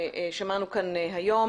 ששמענו כאן היום.